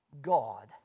God